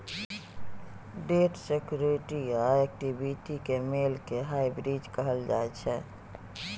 date security आ equity केर मेल केँ हाइब्रिड कहल जाइ छै